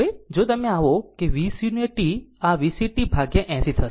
હવે જો તમે આવો કે V 0 t આ VCt ભાગ્યા 80 થશે